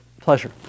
pleasure